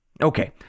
Okay